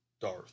Darth